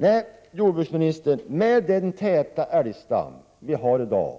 Nej, jordbruksministern, med den täta älgstam vi har i dag